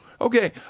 Okay